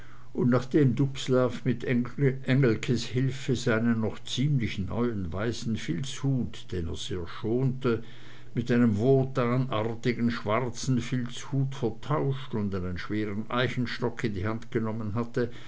und nachdem dubslav mit engelkes hilfe seinen noch ziemlich neuen weißen filzhut den er sehr schonte mit einem wotanartigen schwarzen filzhut vertauscht und einen schweren eichenstock in die hand genommen hatte